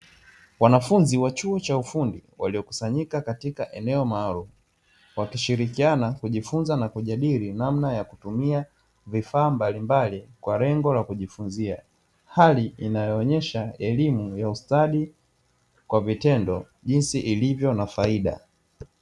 Wanafunzi wa chuo cha ufundi waliokusanyika katika eneo maalumu, wakishirikiana kujifunza na kujadili namna ya kutumia vifaa mbalimbali kwa lengo la kujifunzia. Hali inayoonyesha elimu ya ustadi kwa vitendo jinsi ilivyo na faida.